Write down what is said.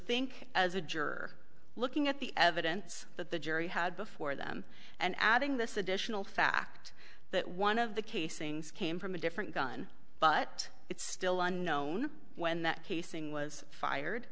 think as a juror looking at the evidence that the jury had before them and adding this additional fact that one of the casings came from a different gun but it's still unknown when that casing was fired